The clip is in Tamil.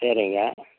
சரிங்க